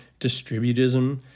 distributism